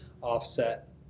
offset